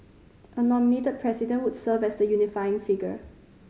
a nominated President would serve as the unifying figure